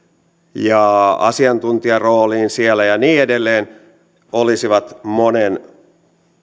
ja asiantuntijarooliin siellä ja niin edelleen olisivat monen